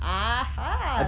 (uh huh)